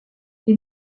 est